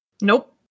Nope